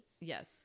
yes